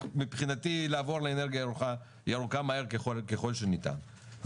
מבחינתי לעבור לאנרגיה ירוקה מהר ככל שניתן,